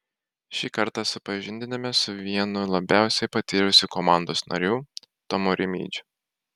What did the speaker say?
šį kartą supažindiname su vienu labiausiai patyrusių komandos narių tomu rimydžiu